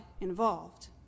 involved